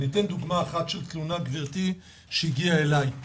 אני אתן דוגמה של תלונה שהגיעה אלי.